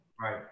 Right